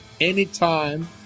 Anytime